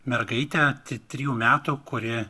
mergaitę t trijų metų kuri